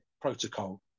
protocol